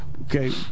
okay